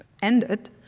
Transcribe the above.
ended